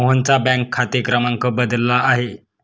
मोहनचा बँक खाते क्रमांक बदलला आहे